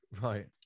right